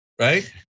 right